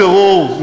מנהרות טרור,